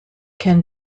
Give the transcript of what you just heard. can